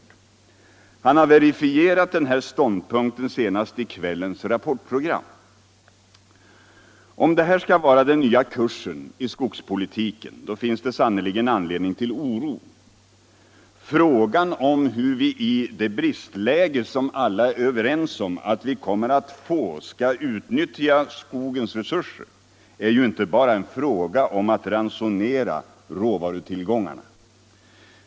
Han har verifierat den här ståndpunkten senast i kvällens Rapportprogram. Om detta skall vara den nya kursen i skogspolitiken, då finns det sannerligen anledning till oro. Frågan om hur vi i det bristläge som alla är överens om att vi kommer att få skall utnyttja skogens resurser är ju inte bara en fråga om att ransonera råvarutillgångarna.